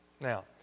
Now